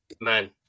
man